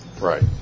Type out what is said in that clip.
Right